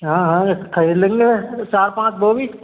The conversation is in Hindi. हाँ हाँ खरीद लेंगे चार पाँच वह भी